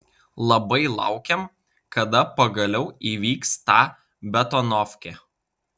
labai laukiam kada pagaliau įvyks ta betonovkė